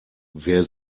wer